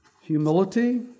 Humility